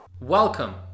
Welcome